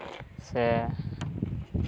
ᱥᱮ